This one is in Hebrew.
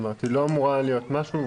היא לא אמורה להיות משהו,